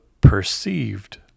perceived